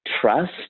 trust